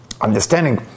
understanding